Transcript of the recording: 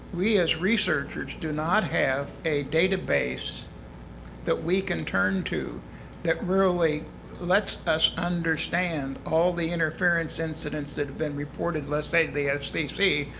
we as researchers do not have a database that we can turn to that really lets us understand all the interference incidences that have been reported, let's say to the fcc,